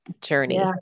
journey